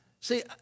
See